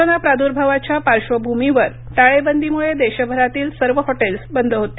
corona प्रादुर्भावाच्या पार्श्वभूमीवर टाळेबंदीमुळे देशभरातली सर्व हॉटेल्स बंद होती